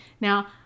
Now